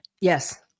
yes